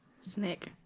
Snake